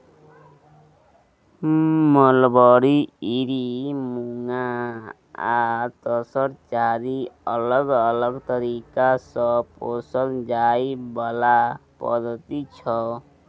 mulberry, eri, muga आ तसर चारि अलग अलग तरीका सँ पोसल जाइ बला पद्धति छै